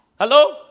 Hello